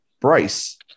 Bryce